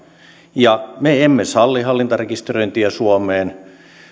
me emme salli hallintarekisteröintiä suomeen